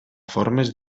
formes